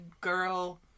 girl